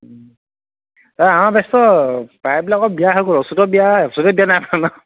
ঐ আমাৰ বেছটো প্ৰায়বিলাকৰ বিয়া হৈ গ'ল অচ্য়ুতৰ বিয়া অচ্য়ুতে বিয়া নাই অচ্য়ুতৰ ন